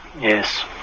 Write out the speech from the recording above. yes